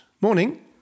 Morning